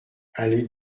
allée